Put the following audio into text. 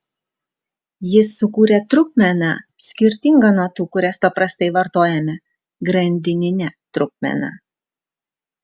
jis sukūrė trupmeną skirtingą nuo tų kurias paprastai vartojame grandininę trupmeną